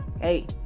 hey